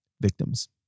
victims